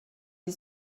die